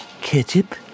Ketchup